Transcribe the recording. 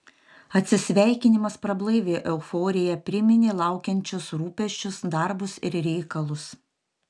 atsisveikinimas prablaivė euforiją priminė laukiančius rūpesčius darbus ir reikalus